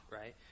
right